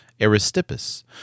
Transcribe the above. Aristippus